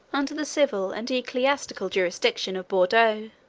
under the civil and ecclesiastical jurisdiction of bourdeaux.